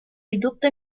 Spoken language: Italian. ridotti